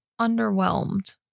underwhelmed